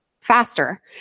faster